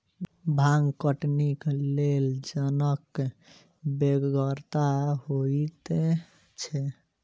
भांग कटनीक लेल जनक बेगरता होइते छै